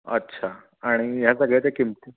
अच्छा आणि ह्या सगळ्याच्या किमती